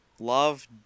love